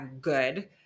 good